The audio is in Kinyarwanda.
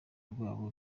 rwabo